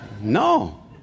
No